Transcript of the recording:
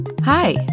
Hi